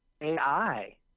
AI